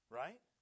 right